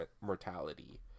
mortality